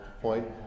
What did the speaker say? point